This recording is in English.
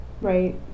right